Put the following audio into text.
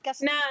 No